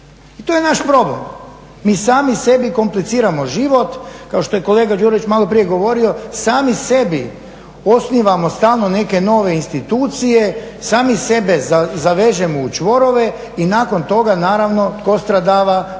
I to je naš problem. Mi sami sebi kompliciramo život. Kao što je kolega Đurović malo prije govorio sami sebi osnivamo stalno neke nove institucije, sami sebe zavežemo u čvorove i nakon toga naravno tko stradava,